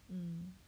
mm